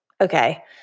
Okay